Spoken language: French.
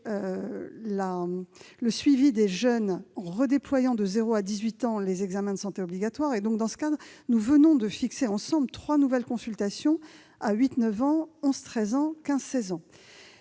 le suivi des jeunes, en redéployant de 0 à 18 ans les examens de santé obligatoires. Nous venons ainsi de fixer ensemble trois nouvelles consultations : à 8-9 ans, 11-13 ans et 15-16 ans.